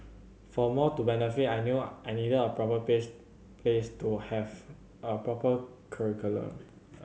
for more to benefit I knew I needed a proper place place to have a proper curriculum